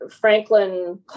Franklin